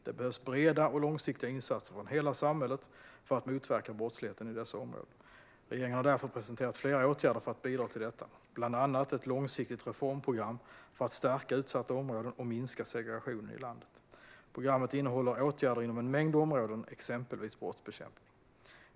Det behövs breda och långsiktiga insatser från hela samhället för att motverka brottsligheten i dessa områden. Regeringen har därför presenterat flera åtgärder för att bidra till detta, bland annat ett långsiktigt reformprogram för att stärka utsatta områden och minska segregationen i landet. Programmet innehåller åtgärder inom en mängd områden, exempelvis brottsbekämpning.